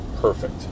Perfect